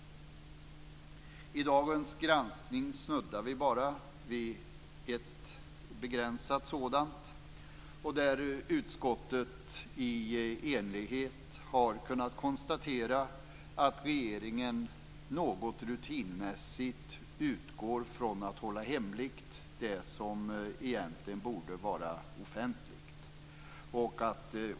I dagens granskning snuddar vi bara vid ett begränsat sådant. Där har utskottet i enighet kunnat konstatera att regeringen något rutinmässigt utgår från att hålla hemligt det som egentligen borde vara offentligt.